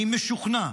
אני משוכנע,